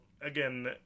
again